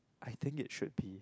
I think it should be